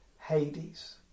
Hades